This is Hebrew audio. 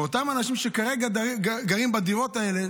אותם אנשים שכרגע עדיין גרים בדירות האלה,